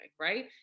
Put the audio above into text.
Right